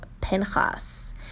Pinchas